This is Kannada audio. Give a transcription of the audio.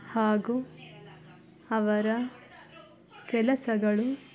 ಹಾಗೂ ಅವರ ಕೆಲಸಗಳು